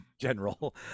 general